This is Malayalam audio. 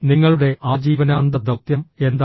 നിങ്ങളുടെ ആജീവനാന്ത ദൌത്യം എന്താണ്